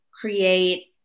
create